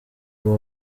uba